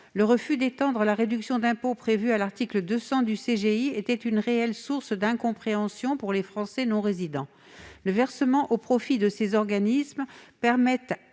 Le refus d'étendre la réduction d'impôt prévue à l'article 200 du code général des impôts est une réelle source d'incompréhension pour les Français non-résidents. Les versements au profit de ces organismes permettent